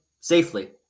safely